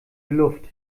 luft